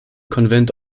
konvent